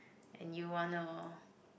and you wanna